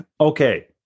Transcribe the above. okay